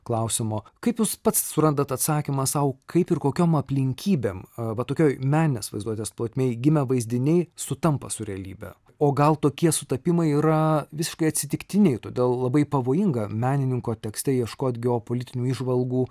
klausimo kaip jūs pats surandat atsakymą sau kaip ir kokiom aplinkybėm va tokioj meninės vaizduotės plotmėj gimę vaizdiniai sutampa su realybe o gal tokie sutapimai yra visiškai atsitiktiniai todėl labai pavojinga menininko tekste ieškot geopolitinių įžvalgų